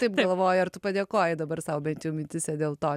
taip galvoji ar tu padėkojai dabar sau bent jau mintyse dėl to